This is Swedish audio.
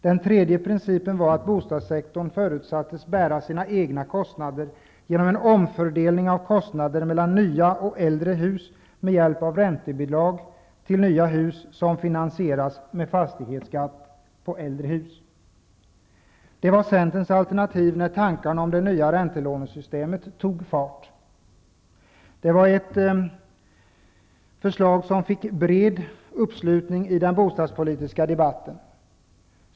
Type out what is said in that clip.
Den tredje principen var att bostadssektorn förutsattes bära sina egna kostnader genom en omfördelning av kostnader mellan nya och äldre hus. Det skulle ske med hjälp av räntebidrag till nya hus, som finansieras med fastighetsskatt på äldre hus. Det här var Centerns alternativ när tankarna om det nya räntelånesystemet tog fart. Det var ett förslag som fick bred uppslutning i den bostadspolitiska debatten.